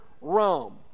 Rome